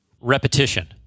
Repetition